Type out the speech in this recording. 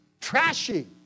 Trashy